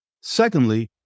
Secondly